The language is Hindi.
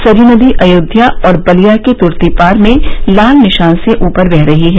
सरयू नदी अयोध्या और बलिया में तुर्तीपार में लाल निशान से ऊपर बह रही है